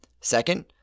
Second